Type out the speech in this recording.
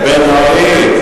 חבר הכנסת בן-ארי,